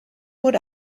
would